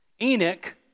Enoch